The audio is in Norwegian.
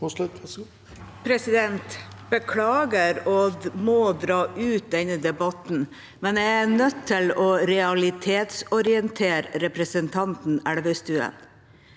Jeg beklager å måtte dra ut denne debatten, men jeg er nødt til å realitetsorientere representanten Elvestuen.